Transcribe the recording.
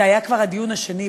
זה היה כבר הדיון השני.